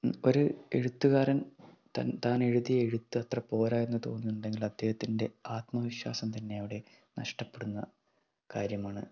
ഒരു എഴുത്തുകാരൻ താൻ എഴുതിയ എഴുത്ത് അത്ര പോരായെന്ന് തോന്നുന്നുണ്ടെങ്കിൽ അദ്ദേഹത്തിൻ്റെ ആത്മവിശ്വാസം തന്നെ അവിടെ നഷ്ടപെടുന്ന കാര്യമാണ്